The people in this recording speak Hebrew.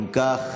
אם כך,